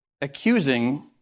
accusing